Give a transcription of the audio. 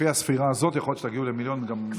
הספירה הזאת יכול להיות שתגיעו למיליון גם מחר בבוקר.